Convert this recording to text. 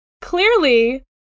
Clearly